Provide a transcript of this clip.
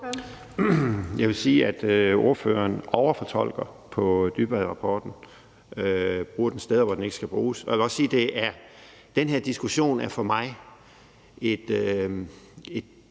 Jeg vil sige, at ordføreren overfortolker Dybvadudvalgets rapport og bruger den steder, hvor den ikke skal bruges. Jeg vil også sige, at den her diskussion for mig er